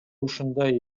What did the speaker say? ушундай